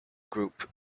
group